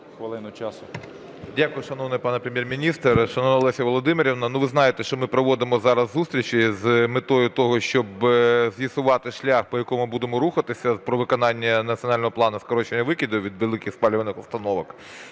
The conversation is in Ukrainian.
Дякую, шановний пане Прем'єр-міністр. Шановна Леся Володимирівна, ви знаєте, що ми проводимо зараз зустрічі з метою того, щоб з'ясувати шлях, по якому будемо рухатися, про виконання Національного плану скорочення викидів від великих спалювальних установок.